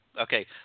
Okay